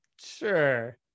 sure